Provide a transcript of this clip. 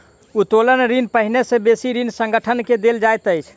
उत्तोलन ऋण पहिने से बेसी ऋणी संगठन के देल जाइत अछि